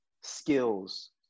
skills